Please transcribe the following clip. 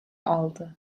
aldı